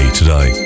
today